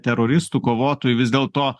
teroristų kovotojų vis dėlto